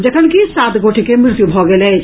जखनकि सात गोटे के मृत्यु भऽ गेल अछि